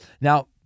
Now